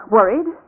Worried